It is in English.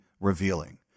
revealing